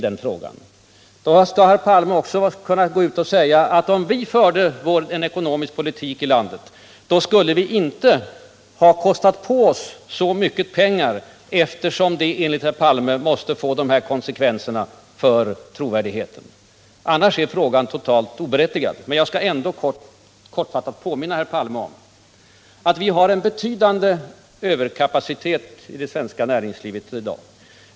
Då måste herr Palme också kunna säga att hans parti, om det hade stått för den ekonomiska politiken i landet, inte skulle ha satsat så mycket pengar på dessa uppgifter, eftersom det ju enligt honom själv måste få konsekvenser för trovärdigheten för kampen mot inflationen. Annars är frågan helt oberättigad. Men jag skall ändå kortfattat påminna herr Palme om att vi har en betydande överkapacitet i det svenska näringslivet i dag.